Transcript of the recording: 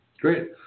Great